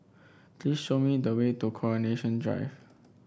please show me the way to Coronation Drive